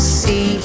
see